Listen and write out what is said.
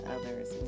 others